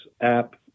app